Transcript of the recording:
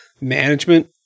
management